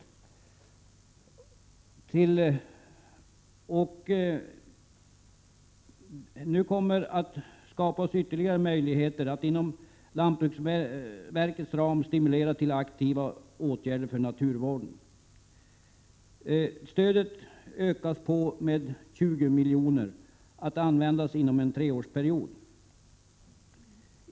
Detta stöd föreslås nu att utökas med 20 milj.kr. att användas under en treårsperiod. Härigenom skapas ytterligare möjligheter att inom lantbruksverkets organisation stimulera till aktiva åtgärder för naturvården.